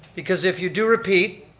because if you do repeat,